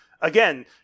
Again